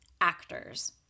actors